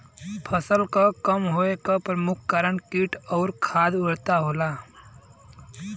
फसल क कम होवे क प्रमुख कारण कीट और खाद उर्वरता होला